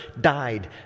died